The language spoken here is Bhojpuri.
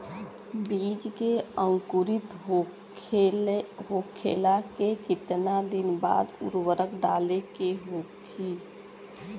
बिज के अंकुरित होखेला के कितना दिन बाद उर्वरक डाले के होखि?